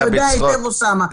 אתה יודע היטב, אוסאמה.